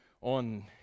on